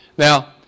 Now